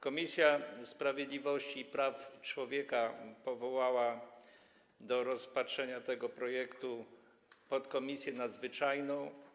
Komisja Sprawiedliwości i Praw Człowieka powołała do rozpatrzenia tego projektu podkomisję nadzwyczajną.